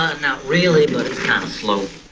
no really, but it's kind of slow.